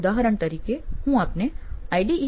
ઉદાહરણ તરીકે હું આપને આઈડીઈઓ